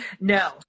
No